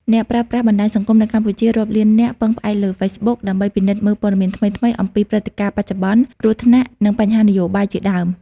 អ្នកប្រើប្រាស់បណ្ដាញសង្គមនៅកម្ពុជារាប់លាននាក់ពឹងផ្អែកលើ Facebook ដើម្បីពិនិត្យមើលពត៌មានថ្មីៗអំពីព្រឹត្តិការណ៍បច្ចុប្បន្ន គ្រោះថ្នាក់ និងបញ្ហានយោបាយជាដើម។